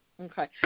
Okay